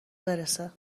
برسه